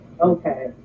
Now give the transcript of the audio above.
Okay